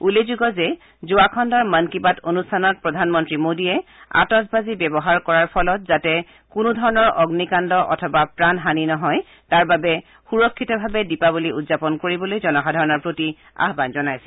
উল্লেখযোগ্য যে যোৱা খণ্ডৰ মন কী বাত অনুষ্ঠানত প্ৰধানমন্ত্ৰী মোদীয়ে আতচবাজী ব্যৱহাৰ কৰাৰ ফলত যাতে কোনোধৰণৰ অগ্নিকাণ্ড অথবা প্ৰাণহানি নহয় তাৰ বাবে সুৰক্ষিতভাৱে দীপাৱলী উদ্যাপন কৰিবলৈ জনসাধাৰণৰ প্ৰতি আহান জনাইছিল